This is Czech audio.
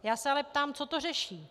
Já se ale ptám co to řeší?